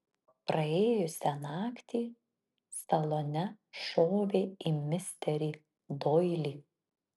praėjusią naktį salone šovė į misterį doilį